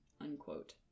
unquote